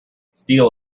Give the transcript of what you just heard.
steel